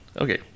Okay